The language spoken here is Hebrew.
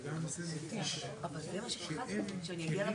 בתים כמו שבנו פעם,